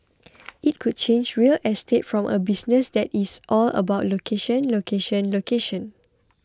it could change real estate from a business that is all about location location location